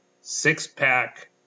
six-pack